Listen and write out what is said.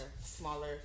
smaller